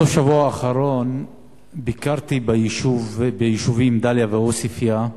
בסוף השבוע האחרון ביקרתי ביישובים דאליה ועוספיא,